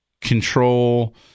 Control